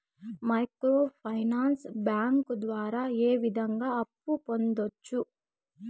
micro finance bank ద్వారా ఏ విధంగా అప్పు పొందొచ్చు